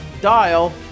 dial